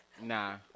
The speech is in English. Nah